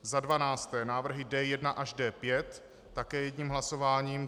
Za dvanácté návrhy D1 až D5, také jedním hlasováním.